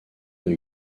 deux